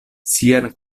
sian